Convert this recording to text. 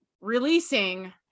releasing